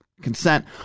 consent